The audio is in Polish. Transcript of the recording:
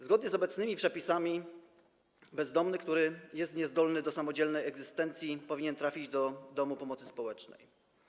Zgodnie z obecnymi przepisami bezdomny, który jest niezdolny do samodzielnej egzystencji, powinien trafić do domu pomocy społecznej.